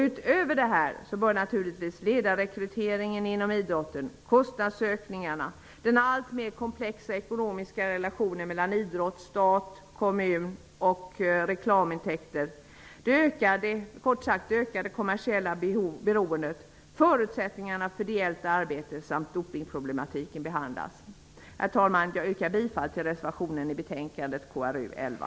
Utöver detta bör naturligtvis ledarrekryteringen inom idrotten, kostnadsökningarna, den alltmer komplexa ekonomiska relationen mellan idrott, stat, kommun och reklamintäkter -- kort sagt det ökade kommersiella beroendet -- och förutsättningarna för ideellt arbete samt dopningproblematiken behandlas. Herr talman! Jag yrkar bifall till reservationen i betänkandet KrU11.